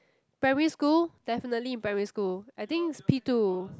primary school definitely in primary school I think is P two